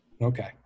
Okay